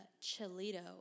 chilito